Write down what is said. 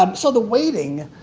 um so the waiting,